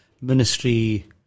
ministry